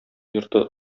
йорты